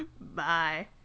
bye